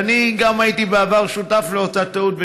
וגם אני הייתי בעבר שותף לאותה טעות,